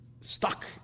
stuck